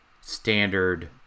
standard